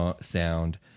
sound